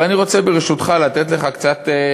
אבל אני רוצה, ברשותך, לתת לך דוגמה.